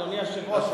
אדוני היושב-ראש,